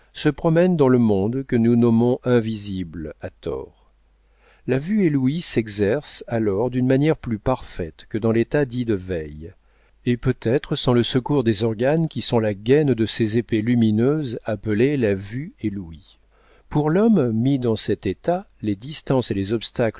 se promène dans le monde que nous nommons invisible à tort la vue et l'ouïe s'exercent alors d'une manière plus parfaite que dans l'état dit de veille et peut-être sans le secours des organes qui sont la gaîne de ces épées lumineuses appelées la vue et l'ouïe pour l'homme mis dans cet état les distances et les obstacles